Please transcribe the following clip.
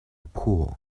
pull